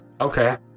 Okay